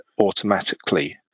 automatically